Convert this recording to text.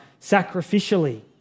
sacrificially